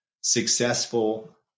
successful